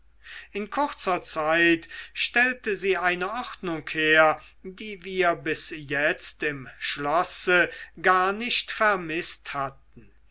in kurzer zeit stellte sie eine ordnung her die wir bis jetzt im schlosse gar nicht vermißt hatten